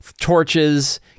torches